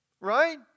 Right